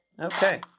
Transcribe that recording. Okay